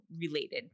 related